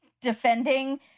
defending